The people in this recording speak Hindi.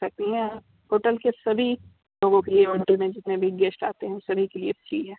सकती हैं आप होटल के सभी लोगों के लिए और होटल में जितने भी गेस्ट आते हैं उन सभी के लिए फ्री हैं